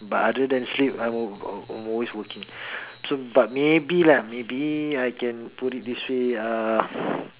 but other than sleep I will I'm always working so but maybe maybe I can put it this way uh